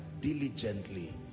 diligently